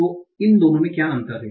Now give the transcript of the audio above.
तो इन दोनों में क्या अंतर है